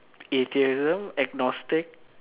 atheism agnostic